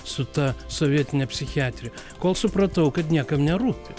su ta sovietine psichiatrija kol supratau kad niekam nerūpi